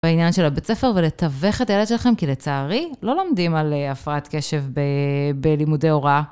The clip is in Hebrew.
בעניין של הבית ספר ולתווך את הילד שלכם כי לצערי לא לומדים על הפרעת קשב בלימודי הוראה.